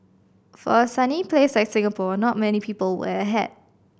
for a sunny place like Singapore not many people wear a hat